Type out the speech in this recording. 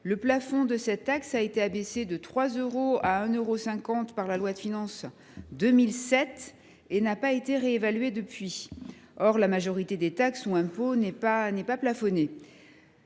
Le plafond de cette taxe, qui a été réduit de 3 euros à 1,50 euro par la loi de finances pour 2007, n’a pas été réévalué depuis. Or la majorité des taxes et impôts ne sont pas plafonnés.